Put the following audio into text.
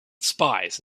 spies